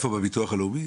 בביטוח הלאומי?